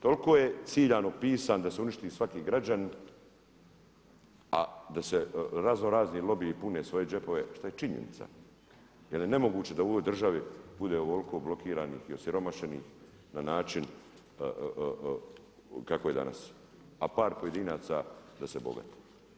Toliko je ciljano pisan da se uništi svaki građanin a da se raznorazni lobiji pune svoje džepove to je činjenica jel je nemoguće da u ovoj državi bude ovoliko blokiranih i osiromašenih na način kako je danas, a par pojedinaca da se bogate.